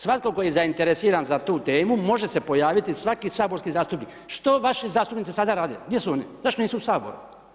Svatko tko je zainteresiran za tu temu, može se pojaviti svaki saborski zastupnik, što vaši saborski zastupnici sada rade, gdje su oni zašto nisu u Saboru?